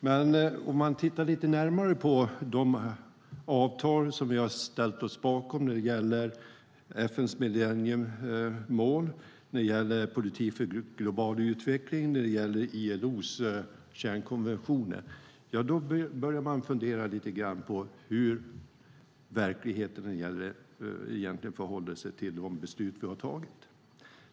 Men om man tittar lite närmare på de avtal som vi har ställt oss bakom när det gäller FN:s millenniemål, politik för global utveckling och ILO:s kärnkonventioner börjar man fundera lite grann på hur verkligheten egentligen förhåller sig i relation till de beslut vi har tagit.